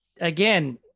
again